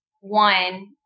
one